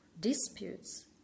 disputes